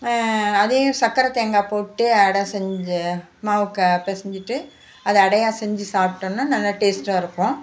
அதையும் சக்கரை தேங்காய் போட்டு அட செஞ்சு மாவு க பெசஞ்சிகிட்டு அதை அடையாக செஞ்சு சாப்பிட்டோம்னா நல்லா டேஸ்ட்டாக இருக்கும்